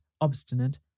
obstinate